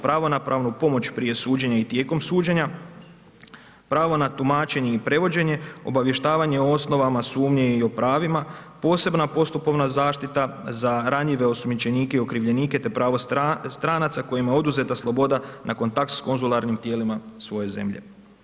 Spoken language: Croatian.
Pravo na pravnu pomoć prije suđenja i tijekom suđenja, pravo na tumačenje i prevođenje, obavještavanje o osnovama sumnje i o pravima, posebna postupovna zaštita za ranjive osumnjičenike i okrivljenike te pravo stranaca kojima je oduzeta sloboda na kontakt sa konzularnim tijelima svoje zemlje.